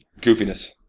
goofiness